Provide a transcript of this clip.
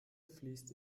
fließt